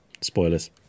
Spoilers